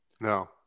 No